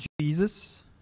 jesus